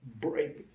break